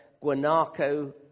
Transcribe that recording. guanaco